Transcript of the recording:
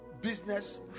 business